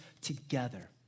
together